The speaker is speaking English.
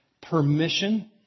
Permission